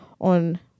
on